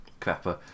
crapper